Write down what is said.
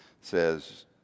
says